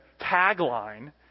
tagline